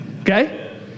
okay